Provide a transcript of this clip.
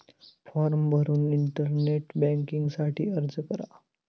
form भरून internet banking साठी अर्ज करा